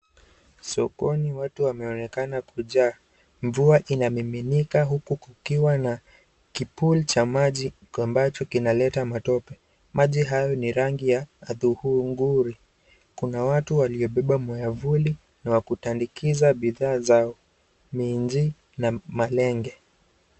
Sokoni watu wanaonekana kujaa. Mvua inamiminika huku kukiwa na pool ya maji inaleta matope. Maji hayo ni rangi ya udhurungi, Kuna watu waliobeba miafulina wa kutandikiza bidhaa zao minji na malenge.